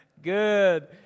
Good